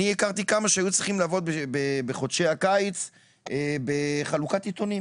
אני הכרתי כמה שהיו צריכים לעבוד בחודשי הקיץ בחלוקת עיתונים